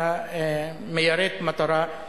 אתה מיירט מטרה.